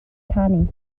canu